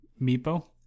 Meepo